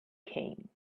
came